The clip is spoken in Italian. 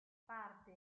parte